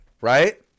right